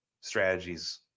strategies